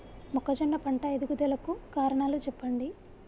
మొక్కజొన్న పంట ఎదుగుదల కు కారణాలు చెప్పండి?